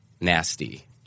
nasty